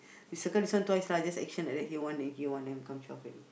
you circle this one twice lah just action like that here one then here one then become twelve already